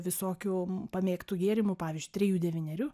visokių pamėgtų gėrimų pavyzdžiui trejų devynerių